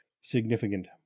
significant